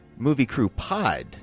moviecrewpod